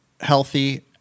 healthy